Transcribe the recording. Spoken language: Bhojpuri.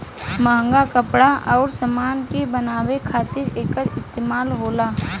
महंग कपड़ा अउर समान के बनावे खातिर एकर इस्तमाल होला